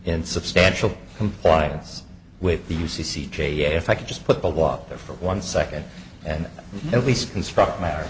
in substantial compliance with the u c c j if i could just put the law there for one second and at least construct matter